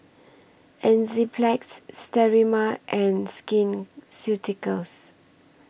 Enzyplex Sterimar and Skin Ceuticals